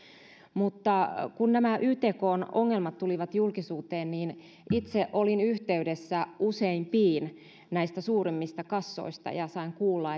mutta kun nämä ytkn ongelmat tulivat julkisuuteen niin itse olin yhteydessä useimpiin näistä suuremmista kassoista ja sain kuulla